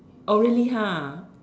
oh really ha